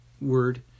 word